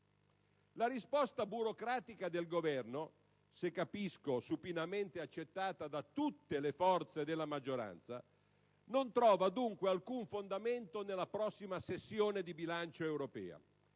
La risposta burocratica - del Governo (se capisco, supinamente accettata da tutte le forze della maggioranza) non trova dunque alcun fondamento nella prossima "sessione di bilancio" europea.